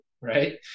right